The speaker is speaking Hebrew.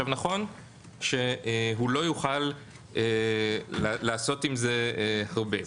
נכון שהוא לא יוכל לעשות עם זה הרבה,